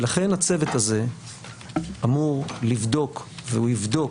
ולכן הצוות הזה אמור לבדוק, והוא יבדוק,